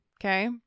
okay